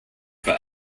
for